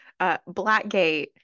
Blackgate